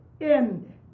end